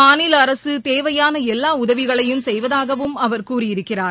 மாநில அரசு தேவையான எல்லா உதவிகளையும் செய்வதாகவும் அவர் கூறியிருக்கிறார்